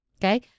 Okay